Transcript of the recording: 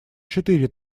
четыре